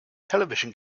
television